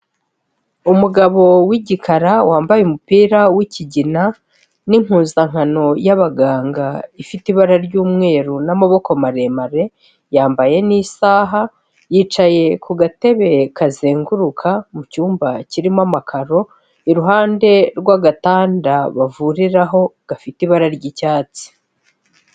Umugabo w'igikara wambaye umupira w'ikigina n'impuzankano y'abaganga ifite ibara ry'umweru n'amaboko maremare yambaye n'isaha, yicaye ku gatebe kazenguruka mu cyumba kirimo amakaro, iruhande rw'agatanda bavuriraho gafite ibara ry'icyatsi.